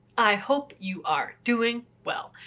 i hope you are doing well.